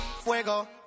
Fuego